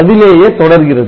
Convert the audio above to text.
அதிலேயே தொடர்கிறது